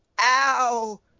Ow